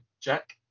Jack